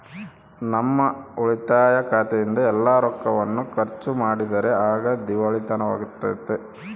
ನಮ್ಮ ಉಳಿತಾಯ ಖಾತೆಯಿಂದ ಎಲ್ಲ ರೊಕ್ಕವನ್ನು ಖರ್ಚು ಮಾಡಿದರೆ ಆಗ ದಿವಾಳಿತನವಾಗ್ತತೆ